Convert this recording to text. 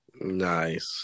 Nice